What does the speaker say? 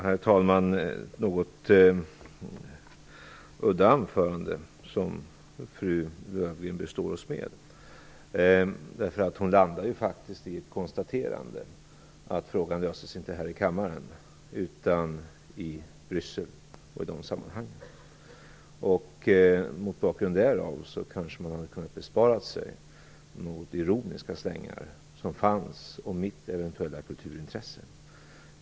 Herr talman! Det var ett något udda anförande som fru Löfgren bestod oss med. Hon landade ju faktiskt i ett konstaterande av att frågan inte löses här i kammaren utan i Bryssel och i de sammanhangen. Mot bakgrund därav hade hon kanske kunnat bespara sig de något ironiska slängar som fanns om mitt eventuella kulturintresse.